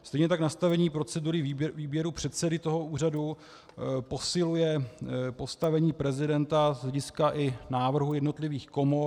Stejně tak nastavení procedury výběru předsedy toho úřadu posiluje postavení prezidenta z hlediska i návrhu jednotlivých komor.